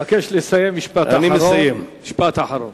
אני מבקש לסיים, משפט אחרון.